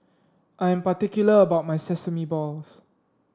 I am particular about my Sesame Balls